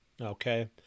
Okay